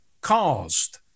caused